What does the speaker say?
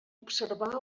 observar